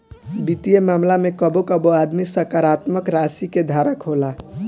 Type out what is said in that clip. वित्तीय मामला में कबो कबो आदमी सकारात्मक राशि के धारक होला